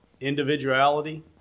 individuality